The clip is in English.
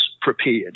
prepared